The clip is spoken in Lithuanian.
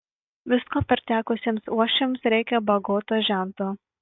visko pertekusiems uošviams reikia bagoto žento